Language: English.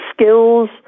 skills